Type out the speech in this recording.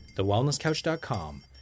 TheWellnessCouch.com